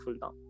Now